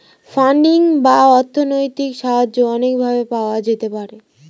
funding বা অর্থনৈতিক সাহায্য অনেক ভাবে পাওয়া যেতে পারে